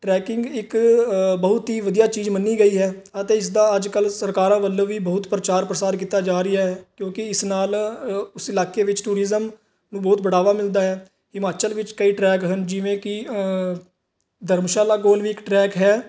trekking ਇੱਕ ਬਹੁਤ ਹੀ ਵਧੀਆ ਚੀਜ਼ ਮੰਨੀ ਗਈ ਹੈ ਅਤੇ ਇਸਦਾ ਅੱਜ ਕੱਲ੍ਹ ਸਰਕਾਰਾਂ ਵੱਲੋਂ ਵੀ ਬਹੁਤ ਪ੍ਰਚਾਰ ਪ੍ਰਸਾਰ ਕੀਤਾ ਜਾ ਰਿਹਾ ਹੈ ਕਿਉਂਕਿ ਇਸ ਨਾਲ ਉਸ ਇਲਾਕੇ ਵਿੱਚ ਟੂਰਿਜ਼ਮ ਨੂੰ ਬਹੁਤ ਬੜਾਵਾ ਮਿਲਦਾ ਹੈ ਹਿਮਾਚਲ ਵਿੱਚ ਕਈ ਟਰੈਕ ਹਨ ਜਿਵੇਂ ਕਿ ਧਰਮਸ਼ਾਲਾ ਕੋਲ ਵੀ ਇੱਕ ਟਰੈਕ ਹੈ